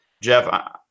Jeff